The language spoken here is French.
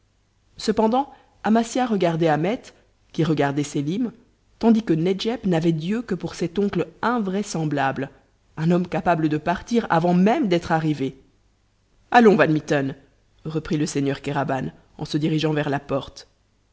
cependant amasia regardait ahmet qui regardait sélim tandis que nedjeb n'avait d'yeux que pour cet oncle invraisemblable un homme capable de partir avant même d'être arrivé allons van mitten reprit le seigneur kéraban en se dirigeant vers la porte